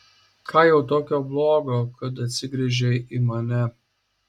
ką jau tokio blogo kad atsigręžei į mane